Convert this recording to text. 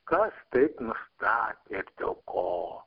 kas taip nustatė ir dėl ko